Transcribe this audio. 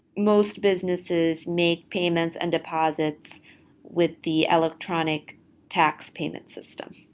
most businesses make payments and deposits with the electronic tax payment system.